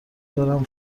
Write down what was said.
دارم